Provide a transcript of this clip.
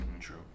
True